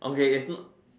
okay it's